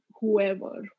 whoever